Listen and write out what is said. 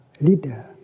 leader